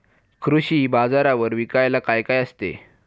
कृषी बाजारावर विकायला काय काय असते?